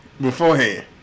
beforehand